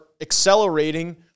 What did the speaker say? accelerating